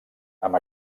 amb